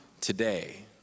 today